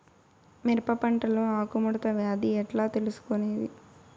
మిరప పంటలో ఆకు ముడత వ్యాధి ఎట్లా తెలుసుకొనేది?